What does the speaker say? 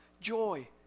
joy